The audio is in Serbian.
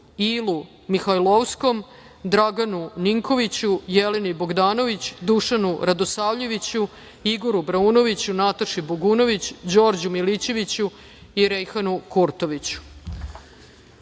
Ilu Mihajlovskom, Draganu Ninkoviću, Jeleni Bogdanović, Dušanu Radosavljeviću, Igoru Braunoviću, Nataši Bogunović i Rejhanu Kurtoviću,